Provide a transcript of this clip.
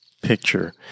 picture